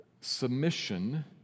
submission